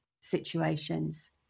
situations